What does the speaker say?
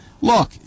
Look